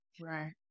Right